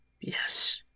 Yes